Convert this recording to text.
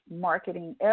marketing